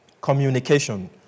communication